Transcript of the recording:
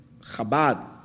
Chabad